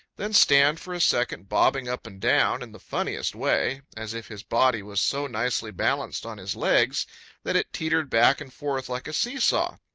then stand for a second bobbing up and down in the funniest way, as if his body was so nicely balanced on his legs that it teetered back and forth like a seesaw.